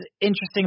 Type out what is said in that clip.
interesting